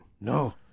No